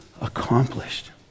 accomplished